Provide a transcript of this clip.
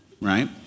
right